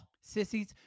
sissies